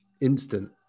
instant